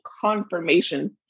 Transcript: confirmation